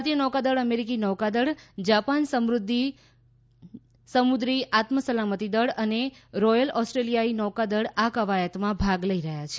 ભારતીય નૌકાદળ અમેરિકી નૌકાદળ જાપાન સમુદ્રી આત્મસલામતીદળ અને રોયલ ઓસ્તે ીલિયાઇ નૌકાદલ આ કવાયતમાં ભાગ લઇ રહ્યા છે